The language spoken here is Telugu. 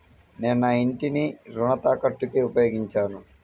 నేను నా ఇంటిని రుణ తాకట్టుకి ఉపయోగించాను